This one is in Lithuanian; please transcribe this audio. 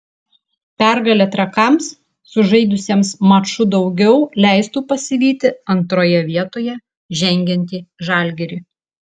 pergalė trakams sužaidusiems maču daugiau leistų pasivyti antroje vietoje žengiantį žalgirį